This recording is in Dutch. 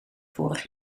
vorig